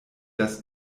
das